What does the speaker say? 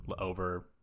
over